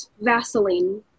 Vaseline